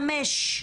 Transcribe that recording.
חמש.